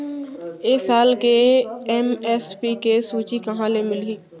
ए साल के एम.एस.पी के सूची कहाँ ले मिलही?